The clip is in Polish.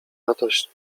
radośnie